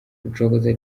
rucogoza